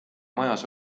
majas